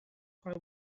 stuff